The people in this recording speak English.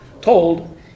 told